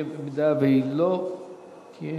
אם היא לא תהיה